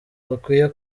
dukwiye